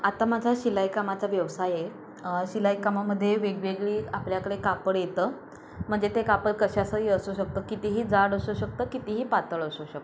आता माझा शिलाईकामाचा व्यवसाय आहे शिलाईकामामध्ये वेगवेगळी आपल्याकडे कापड येतं म्हणजे ते कापड कशाचंही असू शकतं कितीही जाड असू शकतं कितीही पातळ असू शकतं